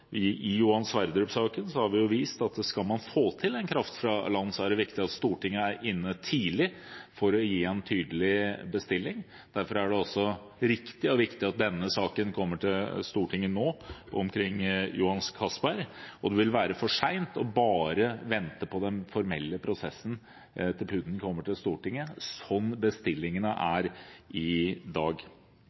kraft fra land, er det viktig at Stortinget er inne tidlig for å gi en tydelig bestilling. Derfor er det også riktig og viktig at denne saken om Johan Castberg kommer til Stortinget nå. Det vil være for sent bare å vente på den formelle prosessen til PUD-en kommer til Stortinget, sånn bestillingen er i dag.